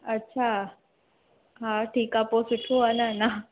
अच्छा हा ठीकु आहे पोइ सुठो आहे न